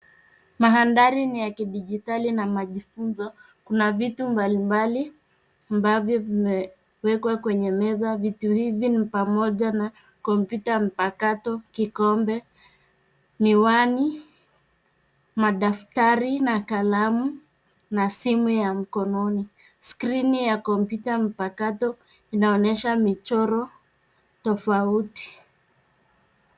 Mandhari ni ya kidijitali na la mafunzo. Kuna vitu mbalimbali ambavyo vimewekwa kwenye meza. Vitu hivi ni pamoja na kompyuta mpakato, kikombe, miwani na madaftari, kalamu na simu ya mkononi. Skrini ya kompyuta mpakato inaonyesha michoro tofauti.